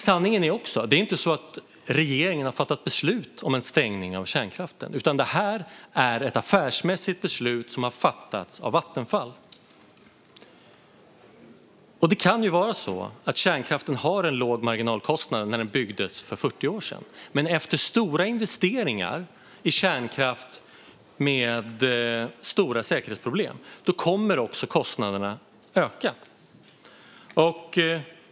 Sanningen är att regeringen inte har fattat beslut om en stängning av kärnkraften, utan det här är ett affärsmässigt beslut som har fattats av Vattenfall. Det kan vara så att kärnkraften hade en låg marginalkostnad när den byggdes för 40 år sedan, men efter stora investeringar i kärnkraft med stora säkerhetsproblem kommer också kostnaderna att öka.